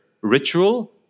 ritual